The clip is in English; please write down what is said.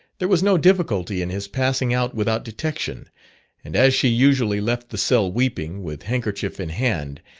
there was no difficulty in his passing out without detection and as she usually left the cell weeping, with handkerchief in hand,